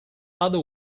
other